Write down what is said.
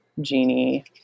Genie